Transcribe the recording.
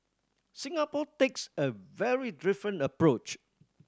Singapore takes a very different approach